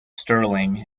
sterling